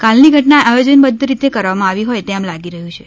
કાલની ઘટના આયોજન બધ્ધ રીતે કરવામાં આવી હોય તેમ લાગી રહ્યું છે